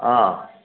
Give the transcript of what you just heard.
ಆಂ